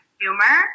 humor